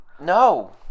no